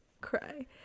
Cry